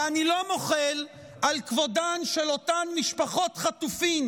ואני לא מוחל על כבודן של אותן משפחות חטופים